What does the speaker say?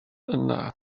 yna